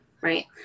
Right